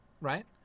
right